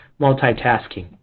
multitasking